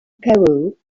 peru